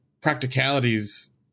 practicalities